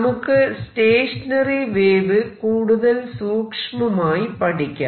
നമുക്ക് stationary wave കൂടുതൽ സൂക്ഷ്മമായി പഠിക്കാം